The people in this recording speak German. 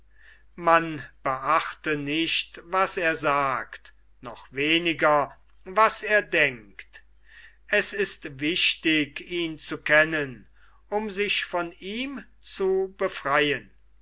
man beachte nicht was er sagt noch weniger was er denkt es ist wichtig ihn zu kennen um sich von ihm zu befreien